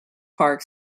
park